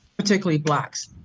particularly blacks.